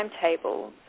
timetable